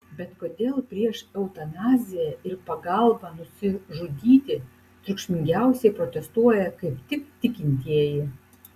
bet kodėl prieš eutanaziją ir pagalbą nusižudyti triukšmingiausiai protestuoja kaip tik tikintieji